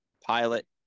pilot